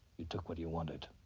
you took what you wanted.